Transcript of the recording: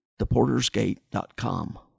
theportersgate.com